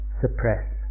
suppress